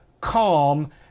calm